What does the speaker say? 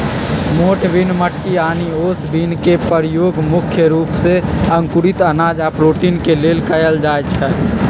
मोठ बिन मटकी आनि ओस बिन के परयोग मुख्य रूप से अंकुरित अनाज आ प्रोटीन के लेल कएल जाई छई